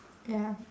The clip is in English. ya